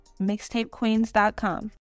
mixtapequeens.com